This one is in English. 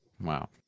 Wow